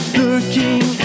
looking